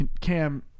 Cam